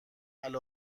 علی